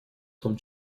том